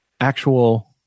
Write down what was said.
actual